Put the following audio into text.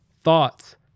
thoughts